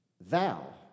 Thou